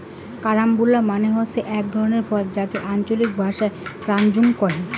carambola মানে হসে আক ধরণের ফল যাকে আঞ্চলিক ভাষায় ক্রাঞ্চ কুহ